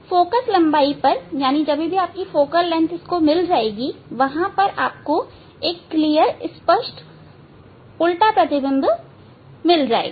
focus लंबाई पर आपको स्पष्ट उल्टा प्रतिबिंब मिलेगा